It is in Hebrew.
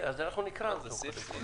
אז נקרא אותו.